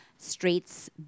streets